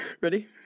Ready